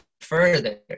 further